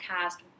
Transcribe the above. cast